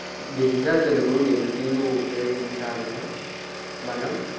digital Telugu నిఘంటువు ఉపయోగించాలన్నా మనం